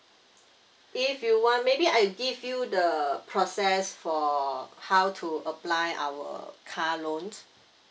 if you want maybe I give you the process for how to apply our car loan